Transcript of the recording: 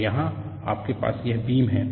तो यहाँ आपके पास यह बीम है